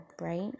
right